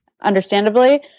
understandably